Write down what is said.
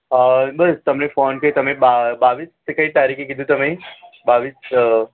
અ બસ તમે ફોનથી તમે બા બાવીશ કે કઈ તારીખે કીધું તમે બાવીશ અ